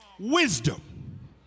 Wisdom